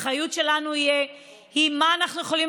האחריות שלנו היא במה אנחנו אנו יכולים